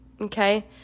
okay